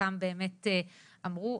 חלקן באמת אמרו,